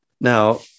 Now